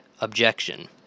objection